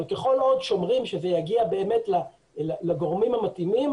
כל עוד שומרים שזה יגיע באמת לגורמים המתאימים,